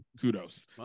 kudos